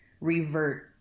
revert